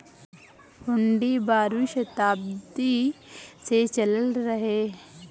हुन्डी बारहवीं सताब्दी से चलल रहे